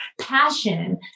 passion